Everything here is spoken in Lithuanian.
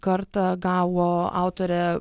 kartą gavo autorė